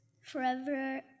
forever